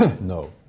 no